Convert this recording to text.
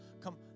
Come